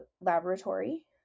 Laboratory